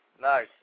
Nice